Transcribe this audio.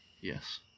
Yes